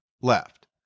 left